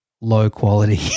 low-quality